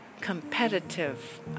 competitive